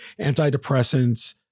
antidepressants